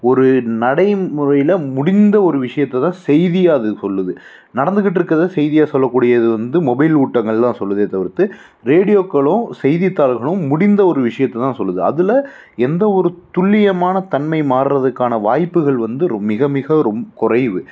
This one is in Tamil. ஒரு நடைமுறையில் முடிந்த ஒரு விஷியத்தை தான் செய்தியாக அது சொல்லுது நடந்துக்கிட்டு இருக்கிறதை செய்தியாக சொல்லக்கூடியது வந்து மொபைல் ஊட்டங்கள் தான் சொல்லுதே தவிர்த்து ரேடியோக்களும் செய்தித் தாள்களும் முடிந்த ஒரு விஷியத்தை தான் சொல்லுது அதில் எந்தவொரு துல்லியமான தன்மை மாறதுக்கான வாய்ப்புகள் வந்து ரொம்ப மிக மிக ரொம்ப குறைவு